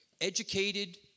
educated